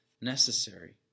necessary